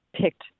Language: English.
picked